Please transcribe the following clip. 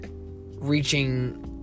reaching